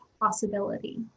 possibility